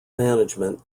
management